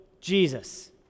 Jesus